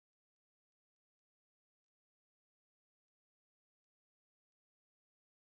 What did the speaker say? I think maybe peas or maybe like a bunch of broccoli or something